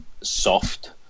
soft